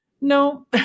no